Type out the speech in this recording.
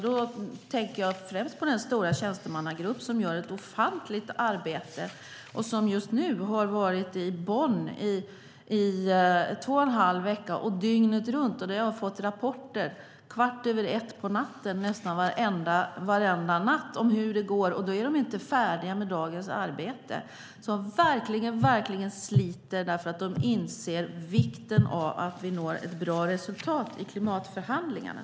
Då tänker jag främst på den stora tjänstemannagrupp som gör ett ofantligt arbete och som nu har varit i Bonn i två och en halv vecka dygnet runt. Jag har fått rapporter kvart över ett nästan varenda natt om hur det går, och då är de inte färdiga med dagens arbete. De sliter verkligen, för de inser vikten av att vi når ett bra resultat i klimatförhandlingarna.